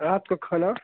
रात को खाना